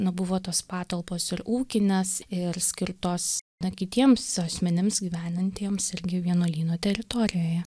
nu buvo tos patalpos ir ūkinės ir skirtos na kitiems asmenims gyvenantiems irgi vienuolyno teritorijoje